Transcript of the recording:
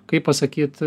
kaip pasakyt